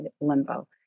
limbo